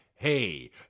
Hey